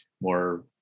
more